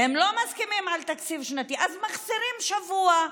והם לא מסכימים לתקציב שנתי, אז מחסירים שבוע,